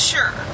Sure